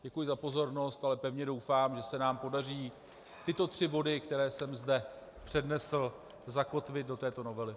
Děkuji za pozornost, ale pevně doufám, že se nám podaří tyto tři body, které jsem zde přednesl, zakotvit do této novely.